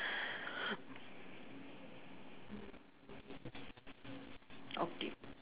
okay